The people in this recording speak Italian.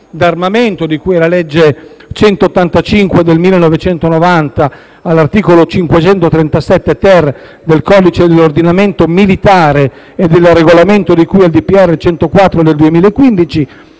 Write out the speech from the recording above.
di armamento di cui alla legge n. 185 del 1990 e dell'articolo 537-*ter* del codice dell'ordinamento militare e del regolamento di cui al decreto del